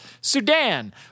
Sudan